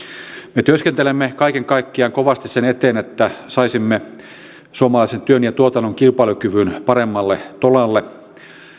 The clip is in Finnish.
me työskentelemme kaiken kaikkiaan kovasti sen eteen että saisimme suomalaisen työn ja tuotannon kilpailukyvyn paremmalle tolalle